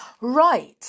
Right